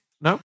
No